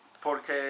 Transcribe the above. Porque